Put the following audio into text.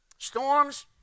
storms